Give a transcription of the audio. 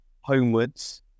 Homewards